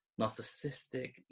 narcissistic